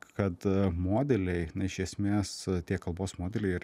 kad modeliai na iš esmės tie kalbos modeliai ir